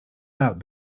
out